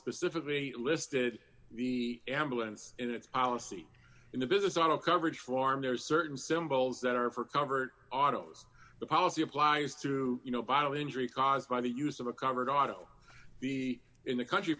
specifically listed the ambulance in its policy in the business on a coverage form there are certain symbols that are for convert autos the policy applies to you know bottle injury caused by the use of a covered auto be in the country